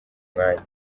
mwanya